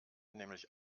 nämlich